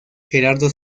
gerardo